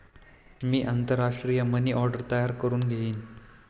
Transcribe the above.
मी आंतरराष्ट्रीय money order तयार करुन घेईन